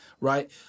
right